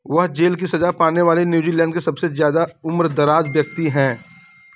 वह जेल की सज़ा पाने वाले न्यू जीलैंड के सबसे ज़्यादा उम्रदराज़ व्यक्ति हैं